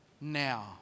now